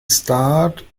starred